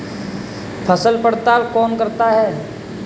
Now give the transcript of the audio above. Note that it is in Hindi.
फसल पड़ताल कौन करता है?